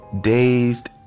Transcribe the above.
dazed